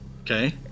Okay